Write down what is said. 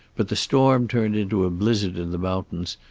but the storm turned into a blizzard in the mountains,